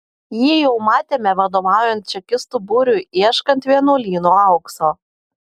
jį jau matėme vadovaujant čekistų būriui ieškant vienuolyno aukso